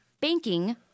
banking